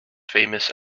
famous